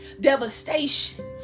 devastation